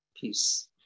peace